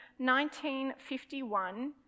1951